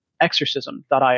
exorcism.io